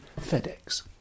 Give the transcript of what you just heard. FedEx